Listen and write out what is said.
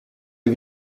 les